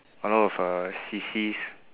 a lot of uh sissies